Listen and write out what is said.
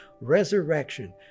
Resurrection